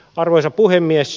arvoisa puhemies